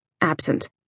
Absent